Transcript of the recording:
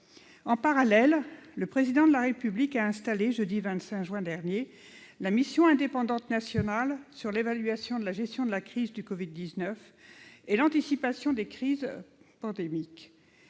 En parallèle, le Président de la République a installé, le jeudi 25 juin, la mission indépendante nationale sur l'évaluation de la gestion de la crise du covid-19 et l'anticipation des risques pandémiques.